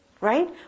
Right